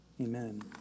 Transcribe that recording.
Amen